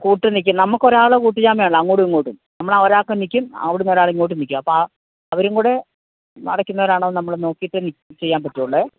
കൂട്ടു നില്ക്കും നമ്മള്ക്കൊരാൾ കൂട്ടുജാമ്യമാണല്ലോ അങ്ങോട്ടും ഇങ്ങോട്ടും നമ്മളാ ഒരാൾക്ക് നില്ക്കും അവിടെനിന്ന് ഒരാൾ ഇങ്ങോട്ടും നില്ക്കും അപ്പോള് ആ അവരുംകൂടെ അടയ്ക്കുന്നവരാണോ എന്നു നമ്മള് നോക്കിയിട്ടേ ചെയ്യാൻ പറ്റുകയുള്ളേ